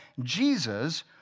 Jesus